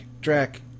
Drac